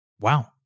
Wow